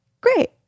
great